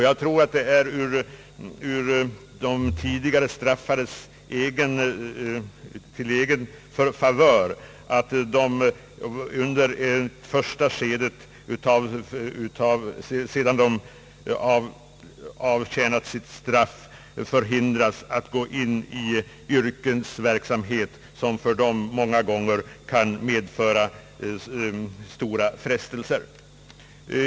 Jag tror att det är till de straffades egen favör att de under första skedet efter det att de avtjänat sitt straff förhindras att gå in i en yrkesverksamhet som för dem många gånger kan medföra stora frestelser.